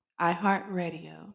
iHeartRadio